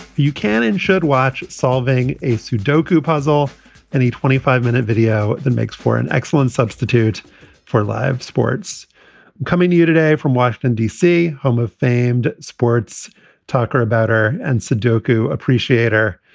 you can and should watch solving a sudoku puzzle and a twenty five minute video that makes for an excellent substitute for live sports coming to you today from washington, d c, home of famed sports talker, a batter and sudoku appreciator.